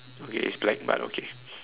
okay it's black but okay